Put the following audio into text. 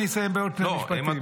אני אסיים בעוד שני משפטים.